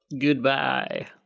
Goodbye